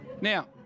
Now